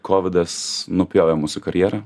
kovidas nupjovė mūsų karjerą